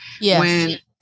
Yes